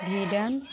ভীডান